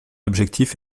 objectif